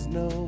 no